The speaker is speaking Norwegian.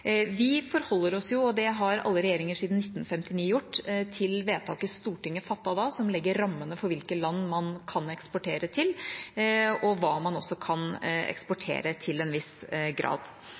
Vi forholder oss jo – og det har alle regjeringer siden 1959 gjort – til vedtaket Stortinget fattet i 1959, som legger rammene for hvilke land man kan eksportere til, og også hva man kan eksportere, til en viss grad.